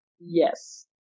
Yes